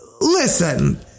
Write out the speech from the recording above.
listen